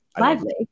lively